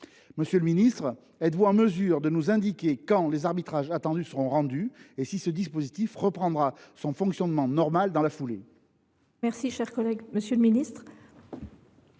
Monsieur le ministre, êtes vous en mesure de nous indiquer quand les arbitrages attendus seront rendus, et si ce dispositif reprendra son fonctionnement normal dans la foulée ? La parole est à M. le ministre